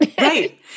Right